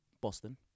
Boston